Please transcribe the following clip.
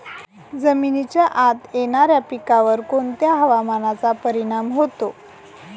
जमिनीच्या आत येणाऱ्या पिकांवर कोणत्या हवामानाचा परिणाम होतो?